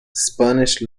spanish